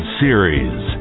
series